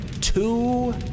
two